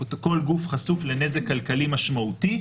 כל גוף חשוף לנזק כלכלי משמעותי,